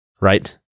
right